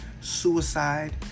suicide